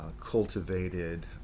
Cultivated